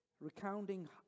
recounting